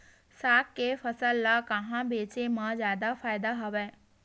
साग के फसल ल कहां बेचे म जादा फ़ायदा हवय?